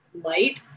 light